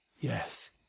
Yes